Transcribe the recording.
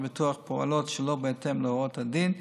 הביטוח פועלות שלא בהתאם להוראות הדין,